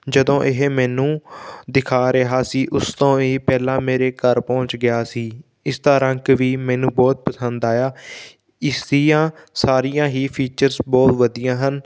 ਜਦੋਂ ਇਹ ਮੈਨੂੰ ਦਿਖਾ ਰਿਹਾ ਸੀ ਉਸ ਤੋਂ ਵੀ ਪਹਿਲਾਂ ਮੇਰੇ ਘਰ ਪਹੁੰਚ ਗਿਆ ਸੀ ਇਸ ਦਾ ਰੰਗ ਵੀ ਮੈਨੂੰ ਬਹੁਤ ਪਸੰਦ ਆਇਆ ਇਸ ਦੀਆਂ ਸਾਰੀਆਂ ਹੀ ਫੀਚਰਸ ਬਹੁਤ ਵਧੀਆ ਹਨ